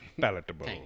palatable